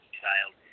child